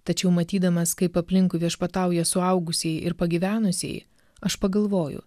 tačiau matydamas kaip aplinkui viešpatauja suaugusieji ir pagyvenusieji aš pagalvoju